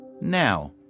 Now